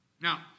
Now